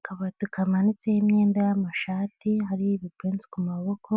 Akabati kamanitseho imyenda y'amashati hari ibipensi ku maboko,